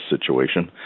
situation